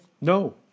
no